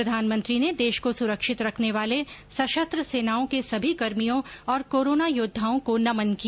प्रधानमंत्री ने देश को सुरक्षित रखने वाले सशस्त्र सेनाओं के सभी कर्मियों और कोरोना योद्वाओं को नमन किया